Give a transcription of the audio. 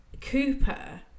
Cooper